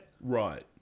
right